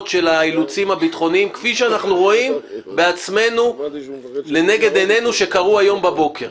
של האילוצים הביטחוניים כפי שאנחנו רואים לנגד עינינו שקרו הבוקר.